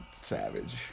savage